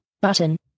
button